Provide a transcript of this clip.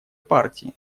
партии